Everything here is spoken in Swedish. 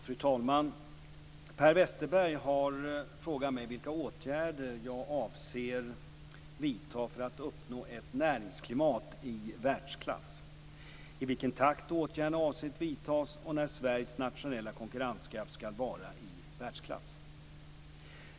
Fru talman! Per Westerberg har frågat mig vilka åtgärder jag avser vidta för att uppnå ett näringsklimat i världsklass, i vilken takt åtgärderna avses vidtas och när Sveriges nationella konkurrenskraft skall vara i världsklass.